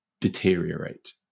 deteriorate